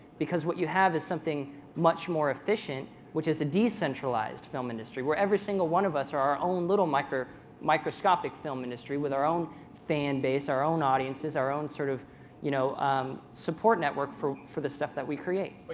because what you have is something much more efficient, which is a decentralized film industry where every single one of us are our own little like microscopic film industry with our own fan base, our own audiences, our own sort of you know um support network for for the stuff that we create. but